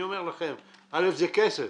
קודם כול, זה כסף.